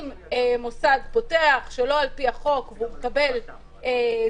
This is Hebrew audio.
אם מוסד פותח שלא על פי החוק ומקבל צו,